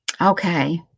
okay